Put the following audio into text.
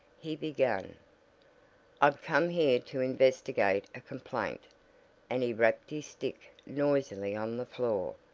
he began i've come here to investigate a complaint and he rapped his stick noisily on the floor.